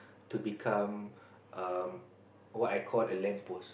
to become um what I call a lamp post